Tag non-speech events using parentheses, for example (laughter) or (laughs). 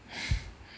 (laughs)